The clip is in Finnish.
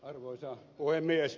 arvoisa puhemies